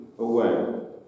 away